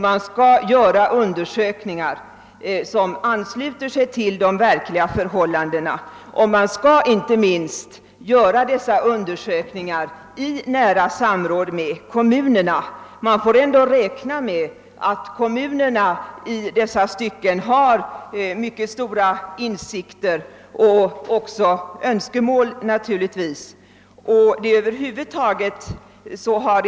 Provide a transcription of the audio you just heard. Man skall göra undersökningar som ansluter sig till de verkliga förhållandena och inte minst utföra dem i nära samråd med kommunerna. Man får räkna med att kommunerna i sådana här frågor har mycket stora insikter och naturligtvis också önskemål.